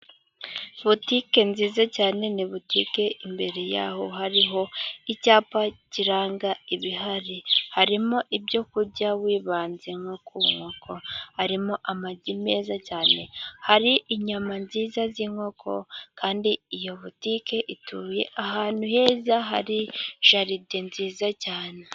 Botike nziza cyane ni botike imbere yaho hariho icyapa kiranga ibihari. Harimo ibyo kurya wibanze nko ku nkoko harimo amagi meza cyane, hari inyama nziza z'inkoko kandi iyo botike ituye ahantu heza hari jalide nziza cyane.